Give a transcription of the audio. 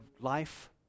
life